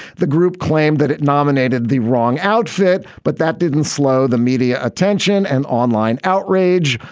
the group claimed that it nominated the wrong outfit, but that didn't slow the media attention and online outrage.